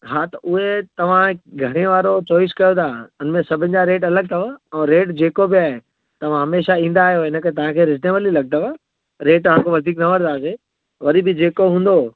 हा त उहे तव्हां घणे वारो चॉइस कयो था उनमें सभिनि जा रेट अलॻि अथव और रेट जेको बि आहे तव्हां हमेशा ईंदा आहियो इनकरे तव्हांखे रिजनेबल ई लॻंदव रेट अघु तव्हांखे वधीक न वठंदासीं